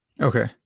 Okay